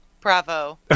bravo